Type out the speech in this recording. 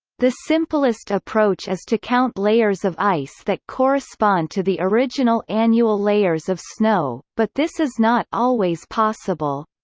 the simplest approach is to count layers of ice that correspond to the original annual layers of snow, but this is not always possible.